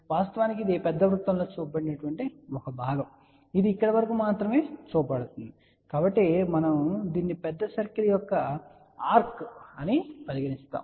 వాస్తవానికి ఇది పెద్ద వృత్తంలో చూపబడని ఒక భాగం ఇది ఇక్కడ వరకు మాత్రమే చూపబడుతుందికాబట్టి మనం దీన్ని పెద్ద సర్కిల్ యొక్క ఆర్క్ అని పరిగణిస్తాము